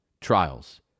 trials